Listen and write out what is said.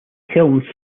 kiln